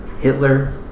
Hitler